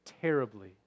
terribly